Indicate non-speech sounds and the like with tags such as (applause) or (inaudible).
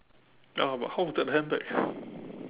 ya but how is that the handbag (breath)